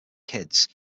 kids